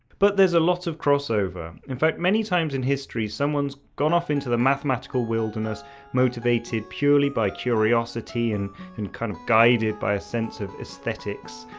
but there is a lot of crossover. in fact, many times in history someone's gone off into the mathematical wilderness motivated purely by curiosity and kind of guided by a sense of aesthetics.